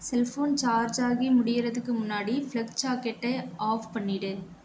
cellphone சார்ஜாகி முடிகிறதுக்கு முன்னாடி ஃப்ளக் சாக்கெட்டை ஆஃப் பண்ணிவிடு